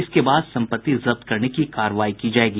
इसके बाद सम्पत्ति जब्त करने की कार्रवाई की जायेगी